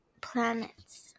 planets